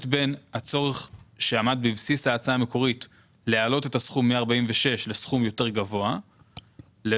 את השינוי הזה ברמה העסקית ומוכנים לוותר על